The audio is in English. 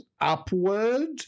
upward